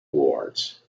wards